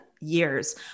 years